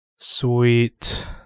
Sweet